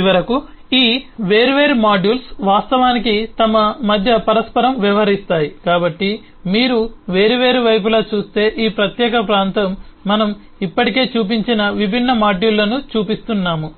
చివరకు ఈ వేర్వేరు మాడ్యూల్స్ వాస్తవానికి తమ మధ్య పరస్పరం వ్యవహరిస్తాయి కాబట్టి మీరు వేర్వేరు వైపులా చూస్తే ఈ ప్రత్యేక ప్రాంతం మనం ఇప్పటికే చూపించిన విభిన్న మాడ్యూళ్ళను చూపిస్తున్నాము